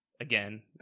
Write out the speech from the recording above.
Again